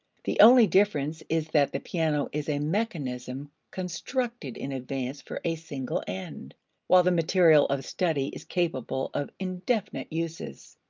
the only difference is that the piano is a mechanism constructed in advance for a single end while the material of study is capable of indefinite uses.